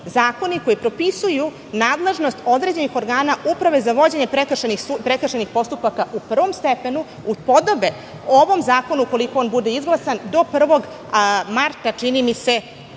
zakoni, koji propisuju nadležnost određenih organa uprave za vođenje prekršajnih postupaka u prvom stepenu, upodobe ovom zakonu, ukoliko on bude izglasan, do 1. marta, čini mi se,